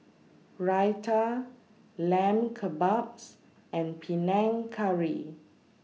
Raita Lamb Kebabs and Panang Curry